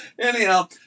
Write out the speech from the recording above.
Anyhow